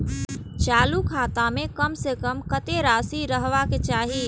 चालु खाता में कम से कम कतेक राशि रहबाक चाही?